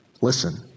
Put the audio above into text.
Listen